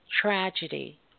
tragedy